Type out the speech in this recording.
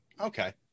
Okay